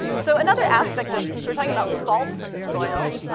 so, another aspect of since we're talking about salts in the soil,